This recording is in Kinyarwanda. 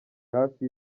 hafi